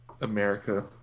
America